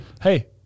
hey